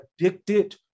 addicted